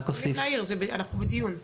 זה לא רק עניין של להקשות אלא גם לתת